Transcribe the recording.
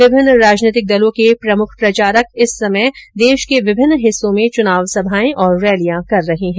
विभिन्न राजनीतिक दलों के प्रमुख प्रचारक इस समय देश के विभिन्न हिस्सों में चुनाव सभाएं और रैलियां कर रहे हैं